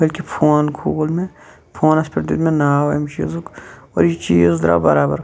بلکہِ فون کھوٗل مےٚ فونَس پٮ۪ٹھ دیُت مےٚ ناو امہِ چیٖزُک اور یہِ چیٖز دراو بَرابَر